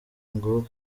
ngo